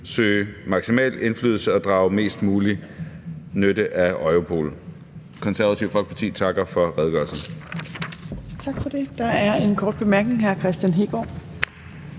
søge maksimal indflydelse og drage mest mulig nytte af Europol. Det Konservative Folkeparti takker for redegørelsen.